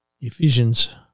Ephesians